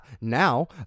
Now